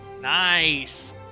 Nice